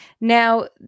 Now